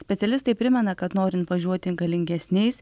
specialistai primena kad norint važiuoti galingesniais